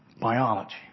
biology